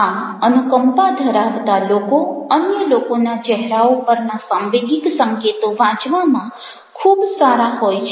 આમ અનુકંપા ધરાવતા લોકો અન્ય લોકોના ચહેરાઓ પરના સાંવેગિક સંકેતો વાંચવામાં ખૂબ સારા હોય છે